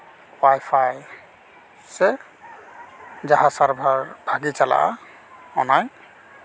wifi ᱥᱮ ᱡᱟᱦᱟᱸ ᱥᱟᱨᱵᱷᱟᱨ ᱵᱷᱟᱜᱮ ᱪᱟᱞᱟᱜᱼᱟ ᱚᱱᱟᱭ